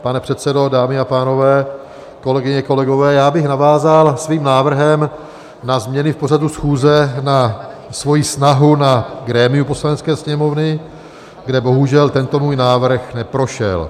Pane předsedo, dámy a pánové, kolegyně, kolegové, já bych navázal svým návrhem na změny v pořadu schůze na svoji snahu na grémiu Poslanecké sněmovny, kde bohužel tento můj návrh neprošel.